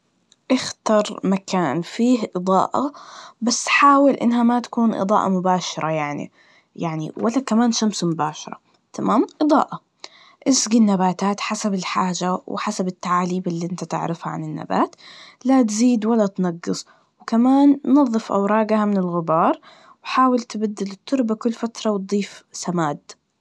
إختر مكان فيه إضاءة, بس حاول إنها ما تكون إضاءة مباشرة يعني, يعني ولا كمان شمس مباشرة, تمام؟ إضاءة, إسقي النباتات حسب الحاجة, وحسب التعاليب اللي انت تعرفها عن النبات, لا تزيد ولا تنقص, وكمان نظف أوراقها من الغبار, وحاول تبدل التربة كل فترة, وتضيف سماد.